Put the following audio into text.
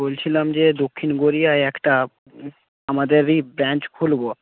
বলছিলাম যে দক্ষিণ গড়িয়ায় একটা আমাদেরই ব্রাঞ্চ খুলব